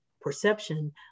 perception